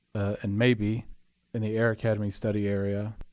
and maybe in the air academy study area,